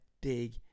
dig